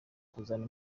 kuzana